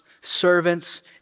servants